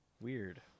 Weird